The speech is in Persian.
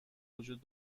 وجود